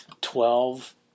twelve